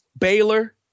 Baylor